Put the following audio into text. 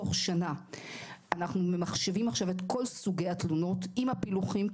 תוך שנה ממחשבים את כל סוגי התלונות עם הפילוחים.